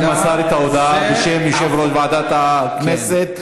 הוא מסר את ההודעה בשם יושב-ראש ועדת הכנסת.